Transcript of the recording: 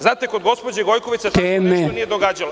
Znate, kod gospođe Gojković se uopšte nije događalo.